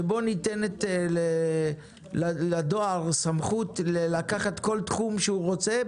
שבו ניתנת לדואר סמכות לקחת כל תחום שהוא רוצה,